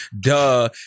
duh